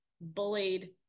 bullied